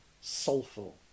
soulful